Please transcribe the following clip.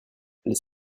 les